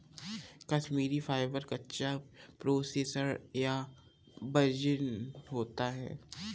Kashmiri fibre, कच्चा, processed या virgin होता है